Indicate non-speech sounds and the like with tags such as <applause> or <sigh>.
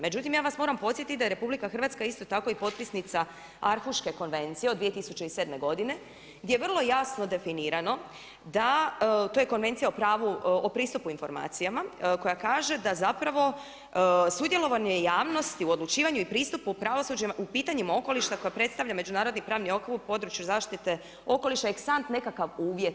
Međutim, ja vas moram podsjetiti da je RH isto tako i potpisnica Arhuške konvencije od 2007. godine gdje je vrlo jasno definirano, to je Konvencija o pravu, o pristupu informacijama koja kaže da zapravo sudjelovanje javnosti u odlučivanju i pristupu pravosuđima, u pitanjima okoliša koja predstavlja međunarodni pravni okvir u području zaštite okoliša … <unintelligible> nekakav uvjet.